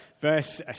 verse